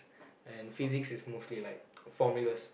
and physics is mostly like formulas